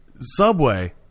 subway